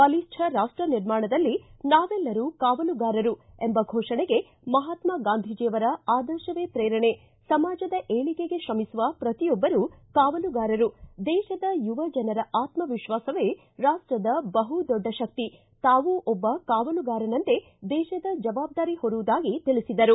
ಬಲಿಷ್ಠ ರಾಷ್ಟ ನಿರ್ಮಾಣದಲ್ಲಿ ನಾವೆಲ್ಲರೂ ಕಾವಲುಗಾರರು ಎಂಬ ಘೋಷಣೆಗೆ ಮಹಾತ್ನಾ ಗಾಂಧೀಜಿಯವರ ಆದರ್ಶವೇ ಪ್ರೇರಣೆ ಸಮಾಜದ ಏಳಿಗೆಗೆ ತ್ರಮಿಸುವ ಪ್ರತಿಯೊಬ್ಬರೂ ಕಾವಲುಗಾರರು ದೇಶದ ಯುವ ಜನರ ಆತ್ಮ ವಿಶ್ವಾಸವೇ ರಾಷ್ಟದ ಬಹು ದೊಡ್ಡ ಶಕ್ತಿ ತಾವೂ ಒಬ್ಬ ಕಾವಲುಗಾರನಂತೆ ದೇಶದ ಜವಾಬ್ದಾರಿ ಹೊರುವುದಾಗಿ ತಿಳಿಬದರು